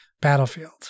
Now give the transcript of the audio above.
battlefield